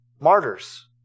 Martyrs